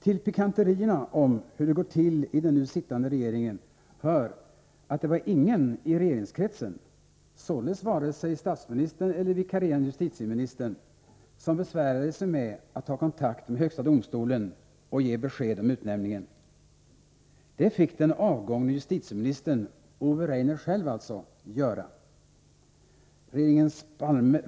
Till pikanterierna i detta ärende, som visar hur det går till i den nu sittande regeringen, hör att ingen i regeringskretsen, således varken statsministern eller vikarierande justitieministern, besvärade sig med att ta kontakt med högsta domstolen och ge besked om utnämningen. Det fick den avgående justitieministern, alltså Ove Rainer, själv göra.